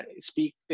speak